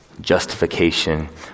Justification